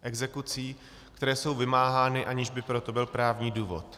Exekucí, které jsou vymáhány, aniž by pro to byl právní důvod.